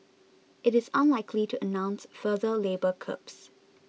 it is unlikely to announce further labour curbs